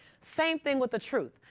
same thing with the truth.